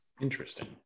interesting